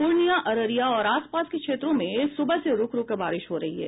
पूर्णिया अररिया और आस पास के क्षेत्रों में सुबह से रूक रूक बारिश हो रही है